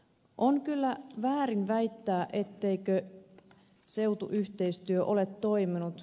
on kyllä väärin väittää etteikö seutuyhteistyö ole toiminut